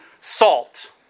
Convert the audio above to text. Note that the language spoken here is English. salt